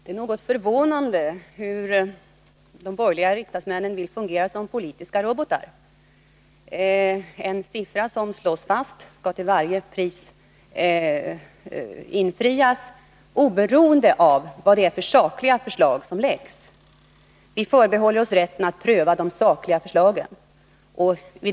Herr talman! Det är något förvånande att de borgerliga riksdagsmännen vill fungera som politiska robotar. En siffra som slås fast skall till varje pris hållas, oberoende av vilka sakliga förslag som framläggs. Vi socialdemokrater förbehåller oss rätten att pröva de sakliga förslagen.